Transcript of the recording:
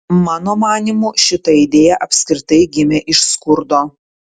mano manymu šita idėja apskritai gimė iš skurdo